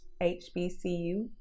HBCU